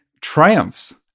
triumphs